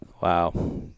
Wow